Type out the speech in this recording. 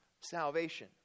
salvation